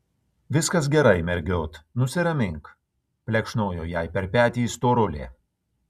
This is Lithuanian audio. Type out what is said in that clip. viskas gerai mergiot nusiramink plekšnojo jai per petį storulė